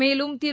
மேலும் திரு